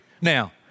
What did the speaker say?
now